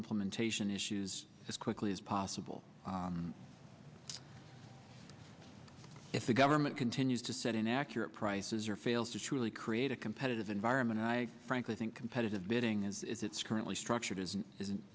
implementation issues as quickly as possible if the government continues to set inaccurate prices or fails to truly create a competitive environment and i frankly think competitive bidding as it's currently structured is